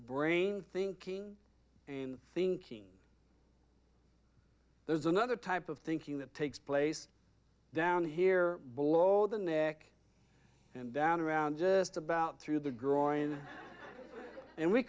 brain thinking and thinking there's another type of thinking that takes place down here below the neck and down around just about through the growing and we